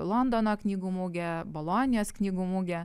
londono knygų mugė bolonijos knygų mugė